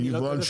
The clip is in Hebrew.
אם אני לא טועה,